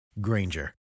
Granger